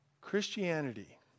Christianity